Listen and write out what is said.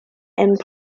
and